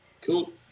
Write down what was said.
Cool